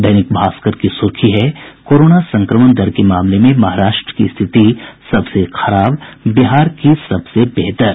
दैनिक भास्कर की सुर्खी है कोरोना संक्रमण दर के मामले में महाराष्ट्र की स्थिति सबसे खराब बिहार की सबसे बेहतर